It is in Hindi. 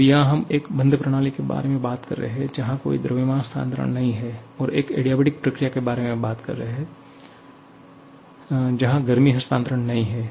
अब यहां हम एक बंद प्रणाली के बारे में बात कर रहे हैं जहां कोई द्रव्यमान स्थानांतरण नहीं है और एक एडियाबेटिक प्रक्रिया के बारे में भी है जहां गर्मी हस्तांतरण नहीं है